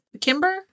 Kimber